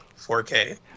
4K